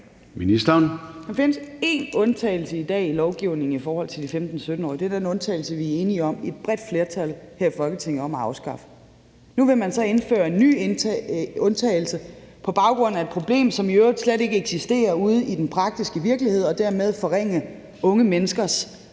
Løhde): Der findes én undtagelse i dag i lovgivningen i forhold til de 15-17-årige. Det er den undtagelse, vi, et bredt flertal her i Folketinget, er enige om at afskaffe. Nu vil man så indføre en ny undtagelse på baggrund af et problem, som i øvrigt slet ikke eksisterer ude i den praktiske virkelighed, og dermed forringe unge menneskers